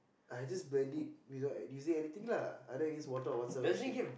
I just blend it without using anything lah I don't use water or whatsoever shit